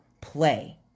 play